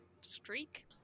streak